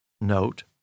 note